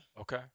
Okay